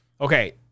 okay